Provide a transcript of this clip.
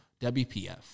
WPF